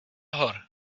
hor